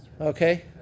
Okay